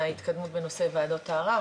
בו ואולי לא לקחת את ההחלטה שלציבור עדיף,